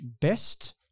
Best